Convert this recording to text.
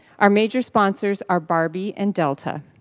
our major sponsors are barbie and delta.